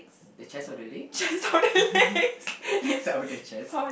the chest of the legs leg of the chest